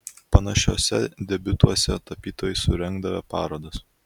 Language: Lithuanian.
panašiuose debiutuose tapytojai surengdavę parodas